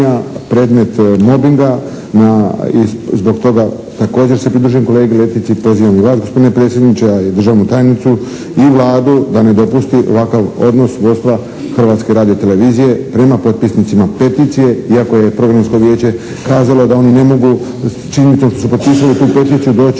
Hrvatske radiotelevizije prema potpisnicima peticije iako je Programsko vijeće kazalo da oni ne mogu činiti to što su potpisali tu peticiju doći